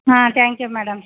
ah thank you madam